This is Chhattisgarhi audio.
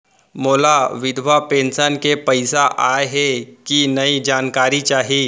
मोला विधवा पेंशन के पइसा आय हे कि नई जानकारी चाही?